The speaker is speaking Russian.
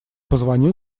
позвонил